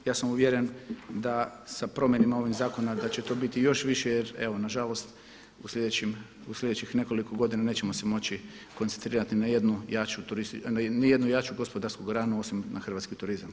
Ja sam uvjeren da sa promjenom ovog zakona da će to biti još više jer evo nažalost u slijedećih nekoliko godina nećemo se moći koncentrirati na jednu jaču turističku, na jednu jaču gospodarsku granu osim na hrvatski turizam.